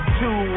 two